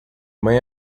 mãe